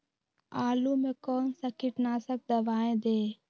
आलू में कौन सा कीटनाशक दवाएं दे?